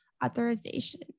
authorization